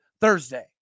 Thursday